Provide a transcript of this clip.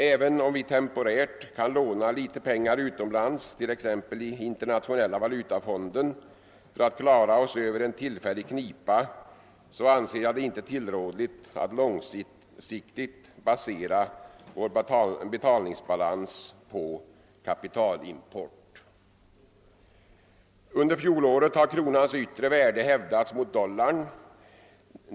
Även om vi temporärt kan låna litet pengar utomlands, t.ex. i Internationella valutafonden, för att klara oss över en tillfällig knipa, anser jag det inte tillrådligt att långsiktigt basera vår betalningsbalans på kapitalimport. Under fjolåret har kronans yttre värde hävdats mot dollarn.